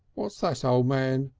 what's that, o' man?